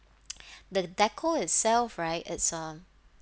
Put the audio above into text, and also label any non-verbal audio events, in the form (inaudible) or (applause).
(noise) the decor itself right it's um